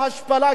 בעיני, כן.